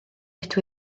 ydw